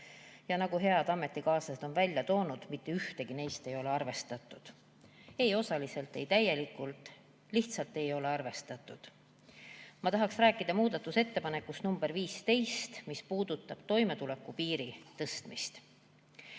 aga nagu head ametikaaslased on välja toonud, mitte ühtegi neist ei ole arvestatud ei osaliselt ega täielikult. Lihtsalt ei ole arvestatud. Ma tahaks rääkida muudatusettepanekust nr 15, mis puudutab toimetulekupiiri tõstmist.